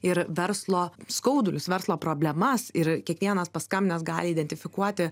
ir verslo skaudulius verslo problemas ir kiekvienas paskambinęs gali identifikuoti